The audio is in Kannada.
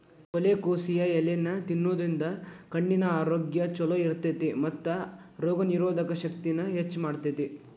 ಕೊಲೊಕೋಸಿಯಾ ಎಲಿನಾ ತಿನ್ನೋದ್ರಿಂದ ಕಣ್ಣಿನ ಆರೋಗ್ಯ್ ಚೊಲೋ ಇರ್ತೇತಿ ಮತ್ತ ರೋಗನಿರೋಧಕ ಶಕ್ತಿನ ಹೆಚ್ಚ್ ಮಾಡ್ತೆತಿ